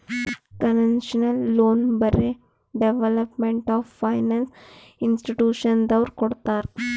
concessional loan ಬರೇ development of finance ಇನ್ಸ್ಟಿಟ್ಯೂಷನದವ್ರು ಕೊಡ್ತಾರ್